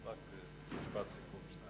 משפט סיום.